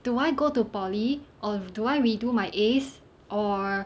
do I go to poly or do I do I redo my As or